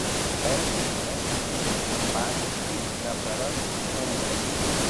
elkis etiškai empatiškai neprarask humoro